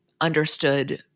understood